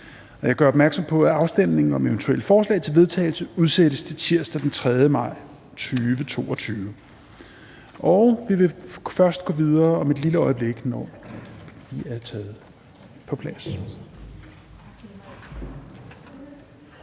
Jeg gør opmærksom på, at afstemningen om eventuelle forslag til vedtagelse udsættes til tirsdag den 3. maj 2022. Vi vil først gå videre om et lille øjeblik, når alle er på plads